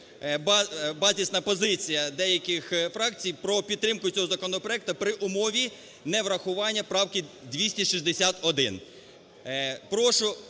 базисна позиція деяких фракцій про підтримку цього законопроекту при умові неврахування правки 261.